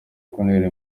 kuntera